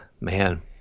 man